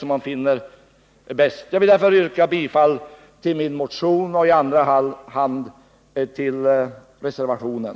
Jag yrkar bifall i första hand till min motion och i andra hand till reservationen.